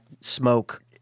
smoke